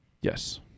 yes